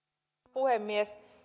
puhemies